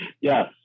Yes